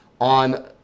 on